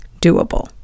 doable